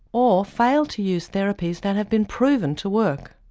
or fail to use therapies that have been proven to work.